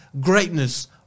greatness